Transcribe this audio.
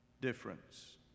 difference